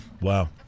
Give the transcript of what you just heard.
Wow